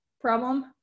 problem